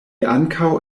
ankaŭ